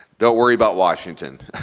don't worry about washington.